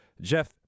Jeff